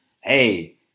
Hey